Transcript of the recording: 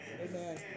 Amen